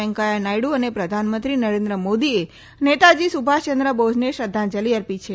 વૈકેંયા નાયડુ અને પ્રધાનમંત્રી નરેન્દ્ર મોદીએ નેતાજી સુભાષચંદ્ર બોઝને શ્રધ્ધાંજલિ આપી છે